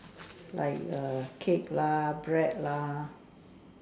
like err cake lah bread lah